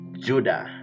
Judah